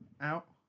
out